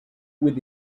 with